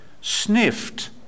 sniffed